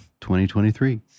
2023